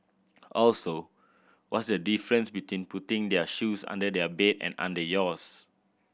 also what's the difference between putting their shoes under their bed and under yours